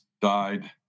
died